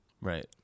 Right